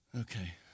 Okay